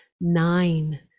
nine